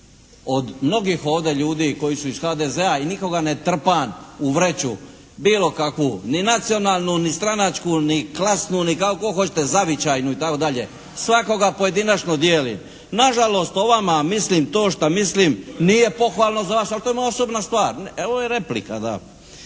od mnogih ovdje ljudi koji su iz HDZ-a i nikoga ne trpam u vreću bilokakvu. Ni nacionalnu ni stranačku ni klasnu ni kako god hoćete, zavičajnu i tako dalje. Svakoga pojedinačno dijelim. Nažalost o vama mislim to što mislim. Nije pohvalno za vas, ali to je moja osobna stvar. Ovo je replika, da.